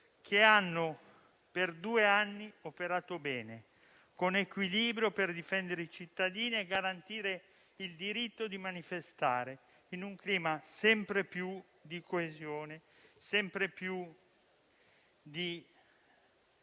che per due anni hanno operato bene, con equilibrio, per difendere i cittadini e garantire il diritto di manifestare in un clima sempre più di coesione, sempre più di